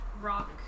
rock